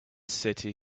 city